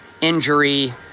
injury